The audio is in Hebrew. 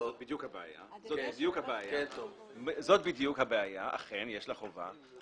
זאת בדיוק הבעיה: אכן יש לה חובה,